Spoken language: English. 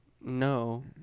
No